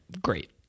great